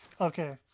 Okay